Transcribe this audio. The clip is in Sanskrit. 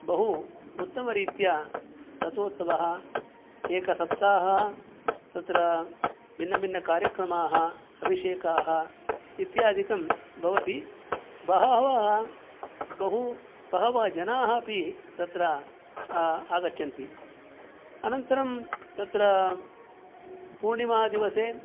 बहु उत्तमरीत्या रतोत्सवः एकसप्ताहः तत्र भिन्नभिन्नकार्यक्रमाः अभिषेकाः इत्यादिकं भवति बहु बहवः जनाः अपि तत्र आगच्छन्ति अनन्तरं तत्र पूर्णिमादिवसे